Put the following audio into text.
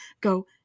go